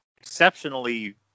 exceptionally